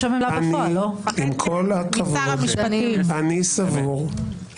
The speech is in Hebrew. יפגע גם ביכולת של יועצים משפטיים לשמור